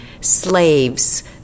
slaves